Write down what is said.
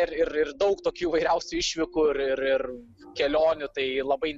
ir ir ir daug tokių įvairiausių išvykų ir ir ir kelionių tai labai